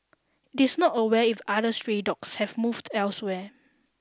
it is not aware if the other stray dogs have moved elsewhere